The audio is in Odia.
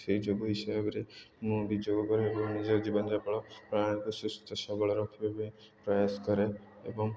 ସେଇ ଯୋଗ ହିସାବରେ ମୁଁ ବି ଯୋଗ କରେ ଏବଂ ନିଜ ଜୀବନଯାପନ ପ୍ରଣାଳୀକୁ ସୁସ୍ଥ ସବଳ ରଖିବା ପାଇଁ ପ୍ରୟାସ କରେ ଏବଂ